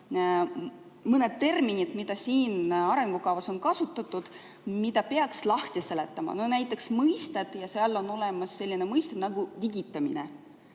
mõned terminid, mida siin arengukavas on kasutatud, mida peaks lahti seletama. Näiteks on siin mõisted ja seal on selline mõiste nagu "digitamine".